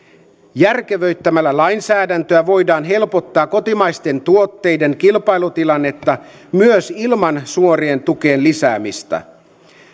järkevöittämillä lainsäädäntöä voidaan helpottaa kotimaisten tuotteiden kilpailutilannetta myös ilman suorien tukien lisäämistä